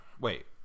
wait